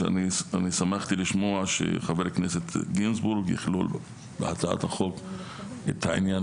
שאני שמחתי לשמוע שחבר הכנסת גינזבורג יכלול בהצעת החוק את העניין